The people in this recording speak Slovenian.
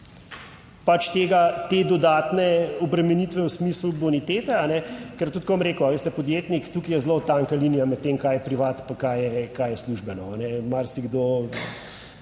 tega, te dodatne obremenitve v smislu bonitete ne, ker tudi, bom rekel, a veste, podjetnik tukaj je zelo tanka linija med tem kaj je privat pa kaj je, kaj je službeno.